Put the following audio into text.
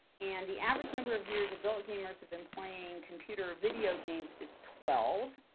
and the average number of years adult gamers have been playing computer or video games is twelve.